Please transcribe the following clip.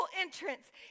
entrance